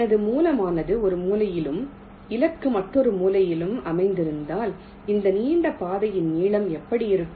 எனது மூலமானது ஒரு மூலையிலும் இலக்கு மற்றொரு மூலையிலும் அமைந்திருந்தால் இந்த நீண்ட பாதையின் நீளம் இப்படி இருக்கும்